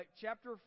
chapter